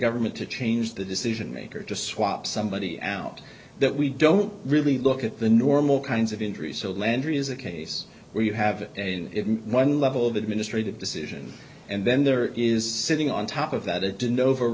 government to change the decision maker to swap somebody out that we don't really look at the normal kinds of injuries so landry is a case where you have a one level of administrative decision and then there is sitting on top of that it did over